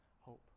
hope